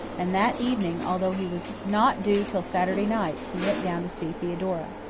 and that evening although he was not due till saturday night, he went down to see theodora.